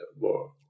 more